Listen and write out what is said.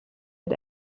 had